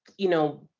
you know,